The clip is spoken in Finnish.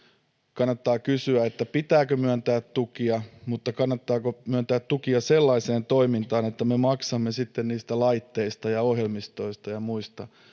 kannattaa kysyä pitääkö myöntää tukia mutta kannattaako myöntää tukia sellaiseen toimintaan että me maksamme sitten laitteista ja ohjelmistoista ja muista